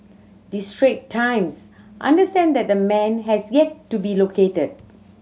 the Straits Times understand that the man has yet to be located